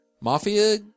mafia